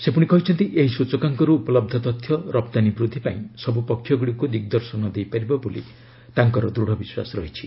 ସେ ପୁଣି କହିଛନ୍ତି ଏହି ସୂଚକାଙ୍କ ରୁ ଉପଲହ୍ଧ ତଥ୍ୟ ରପ୍ତାନୀ ବୃଦ୍ଧି ପାଇଁ ସବୁ ପକ୍ଷଗୁଡ଼ିକୁ ଦିଗଦର୍ଶନ ଦେଇପାରିବ ବୋଲି ତାଙ୍କର ଦୂଢ଼ ବିଶ୍ୱାସ ରହିଛି